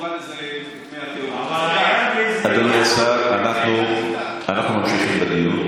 אדוני השר, אנחנו ממשיכים בדיון.